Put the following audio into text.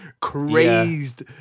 crazed